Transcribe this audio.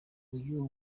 uyu